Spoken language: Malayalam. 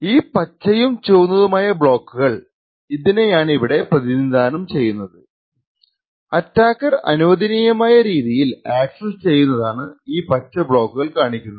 ഈ പച്ചയും ചുവന്നതുമായ ബ്ലോക്കുകൾ ഇതിനെയാണിവിടെ പ്രധിനിധാനം ചെയ്യുന്നത്അറ്റാക്കർ അനുവദനീയമായ രീതിയിൽ അക്സസ്സ് ചെയ്യുന്നതാണ് ഈ പച്ച ബ്ലോക്കുകൾ കാണിക്കുന്നത്